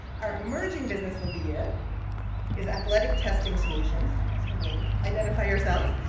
our emerging business of the year is athletic testing solutions. you can wave. identify yourselves.